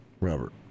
Robert